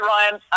Ryan